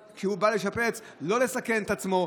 וכשהוא בא לשפץ הוא יוכל לא לסכן את עצמו,